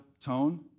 tone